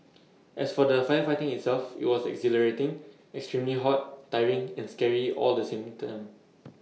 as for the firefighting itself IT was exhilarating extremely hot tiring and scary all the same time